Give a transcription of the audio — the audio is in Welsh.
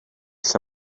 lle